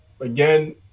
again